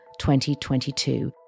2022